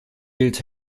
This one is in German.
gilt